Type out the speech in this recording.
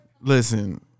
listen